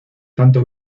tanto